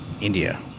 India